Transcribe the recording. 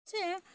છે